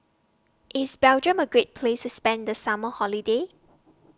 IS Belgium A Great Place spend The Summer Holiday